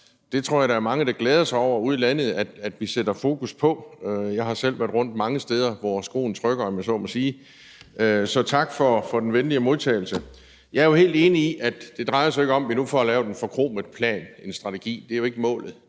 der er mange ude i landet, der glæder sig over, at vi sætter fokus på det. Jeg har selv været rundt mange steder, hvor skoen trykker, om jeg så må sige. Så tak for den venlige modtagelse. Jeg er helt enig i, at det jo ikke drejer sig om, at vi nu får lavet en forkromet plan eller strategi – det er jo ikke målet.